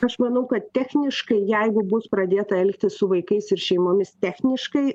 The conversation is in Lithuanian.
aš manau kad techniškai jeigu bus pradėta elgtis su vaikais ir šeimomis techniškai